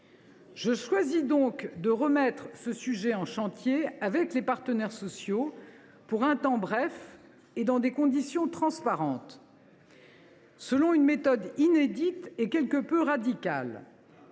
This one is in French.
Je choisis donc de remettre ce sujet en chantier, avec les partenaires sociaux, pour un temps bref et dans des conditions transparentes, selon une méthode inédite et quelque peu radicale.